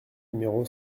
numéro